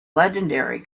legendary